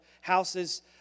houses